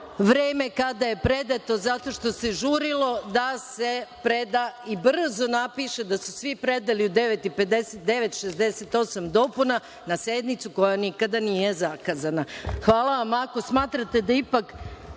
vreme kada je predato, zato što se žurilo da se preda i brzo napiše da su svi predali u 09:59, 68 dopuna na sednicu koja nikada nije zakazana. Hvala vam. Ako smatrate da ipak